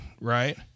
right